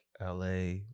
LA